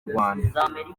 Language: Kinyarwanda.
rwanda